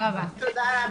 הישיבה ננעלה